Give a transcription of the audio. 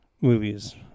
movies